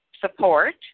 support